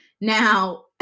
Now